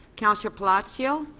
councillor palacio?